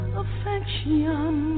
affection